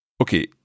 Okay